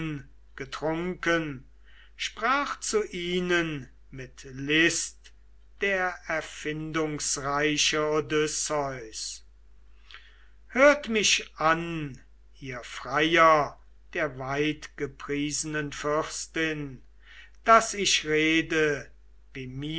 getrunken sprach zu ihnen mit list der erfindungsreiche odysseus hört mich an ihr freier der weitgepriesenen fürstin daß ich rede wie